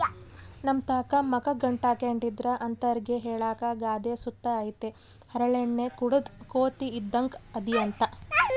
ನಮ್ತಾಕ ಮಕ ಗಂಟಾಕ್ಕೆಂಡಿದ್ರ ಅಂತರ್ಗೆ ಹೇಳಾಕ ಗಾದೆ ಸುತ ಐತೆ ಹರಳೆಣ್ಣೆ ಕುಡುದ್ ಕೋತಿ ಇದ್ದಂಗ್ ಅದಿಯಂತ